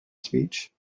speech